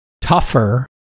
tougher